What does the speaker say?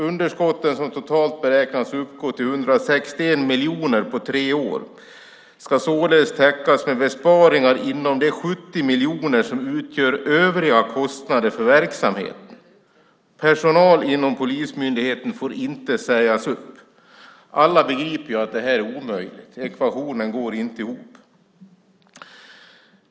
Underskotten, som beräknas uppgå till totalt 161 miljoner kronor under tre år, ska således täckas med besparingar inom de 70 miljoner kronor som utgör övriga kostnader för verksamheten. Personal inom polismyndigheten får inte sägas upp. Alla begriper att detta är omöjligt. Ekvationen går inte ihop.